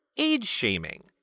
Age-shaming